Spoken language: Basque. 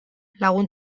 lagun